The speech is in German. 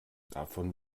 davon